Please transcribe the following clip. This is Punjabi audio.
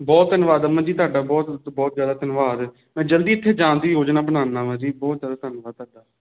ਬਹੁਤ ਧੰਨਵਾਦ ਅਮਨ ਜੀ ਤੁਹਾਡਾ ਬਹੁਤ ਬਹੁਤ ਜਿਆਦਾ ਧੰਨਵਾਦ ਮੈਂ ਜਲਦੀ ਇੱਥੇ ਜਾਣ ਦੀ ਯੋਜਨਾ ਬਣਾਉਦਾ ਵਾਂ ਜੀ ਬਹੁਤ ਜਿਆਦਾ ਧੰਨਵਾਦ ਤੁਹਾਡਾ